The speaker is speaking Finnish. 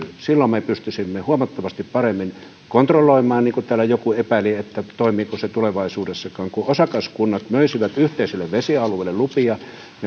silloin me pystyisimme huomattavasti paremmin kontrolloimaan niin kuin täällä joku epäili toimiiko se tulevaisuudessakaan kun osakaskunnat möisivät yhteisille vesialueille lupia